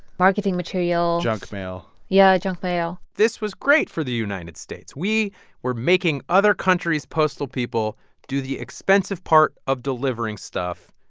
marketing material. junk mail yeah. junk mail this was great for the united states. we were making other countries' postal people do the expensive part of delivering stuff.